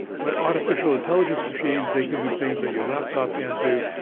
but artificial intelligence machines, they can do things that your laptop can't do,